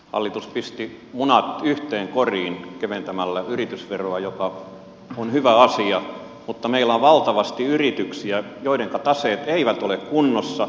hallitus pisti munat yhteen koriin yritysveron kevennyksellä joka on hyvä asia mutta meillä on valtavasti yrityksiä joidenka taseet eivät ole kunnossa